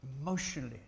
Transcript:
Emotionally